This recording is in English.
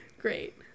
Great